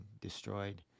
destroyed